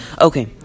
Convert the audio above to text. Okay